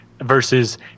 versus